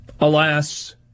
Alas